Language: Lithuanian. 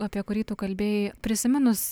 apie kurį tu kalbėjai prisiminus